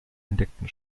entdeckten